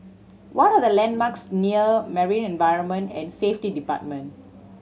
what are the landmarks near Marine Environment and Safety Department